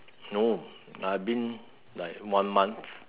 no I been like one month